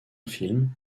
film